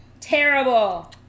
Terrible